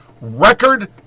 Record